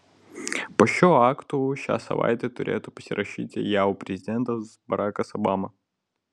po šiuo aktu šią savaitę turėtų pasirašyti jav prezidentas barakas obama